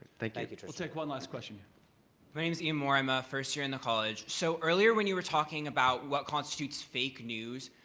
thank thank you. we'll take one last question. my name's ian moore. i'm a first year in the college. so earlier, when you were talking about what constitutes fake news,